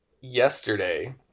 yesterday